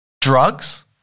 Drugs